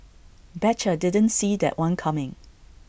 betcha didn't see that one coming